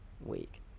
week